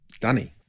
Danny